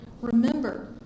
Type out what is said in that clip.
remember